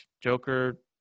joker